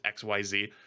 xyz